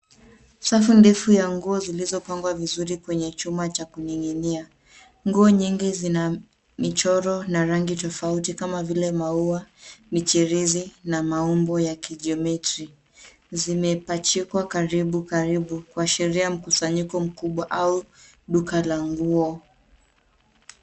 Safu ndefu ya nguo zilizopangwa vizuri kwenye chuma cha kuning'inia. Nguo nyingi zina michoro na rangi tofauti kama vile maua, michirizi na maumbo ya kijiometri. Zimepachikwa karibu karibu kuashiria mkusanyiko mkubwa au duka la nguo.